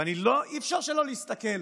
אי-אפשר שלא להסתכל